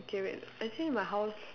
okay wait actually my house